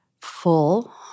full